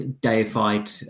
deified